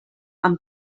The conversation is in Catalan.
amb